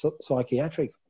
Psychiatric